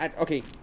okay